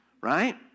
right